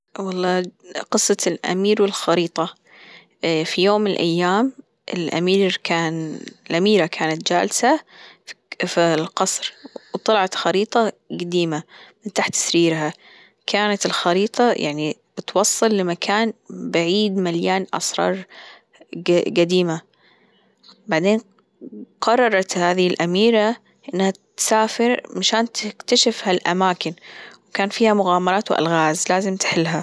والله قصة الأمير والخريطة في يوم من الأيام الأمير كان الأميرة كانت جالسة في القصر وطلعت خريطة جديمة من تحت سريرها كانت الخريطة يعني بتوصل لمكان بعيد مليان أسرار جديمة بعدين قررت هذه الأميرة إنها تسافر مشان تكتشف هالأماكن وكان فيها مغامرات وألغاز لازم تحلها.